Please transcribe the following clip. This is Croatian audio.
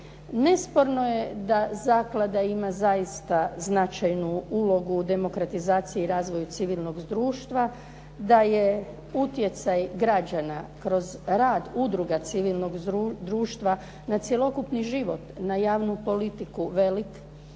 Nesporno je da zaklada ima zaista značajnu ulogu u demokratizaciji i razvoju civilnog društva, da je utjecaj građana kroz rad udruga civilnog društva na cjelokupni život na javnu politiku velik,